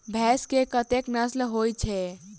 भैंस केँ कतेक नस्ल होइ छै?